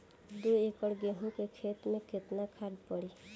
दो एकड़ गेहूँ के खेत मे केतना खाद पड़ी?